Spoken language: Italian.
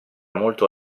molto